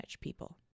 people